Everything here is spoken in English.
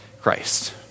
Christ